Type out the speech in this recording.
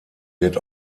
wird